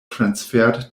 transferred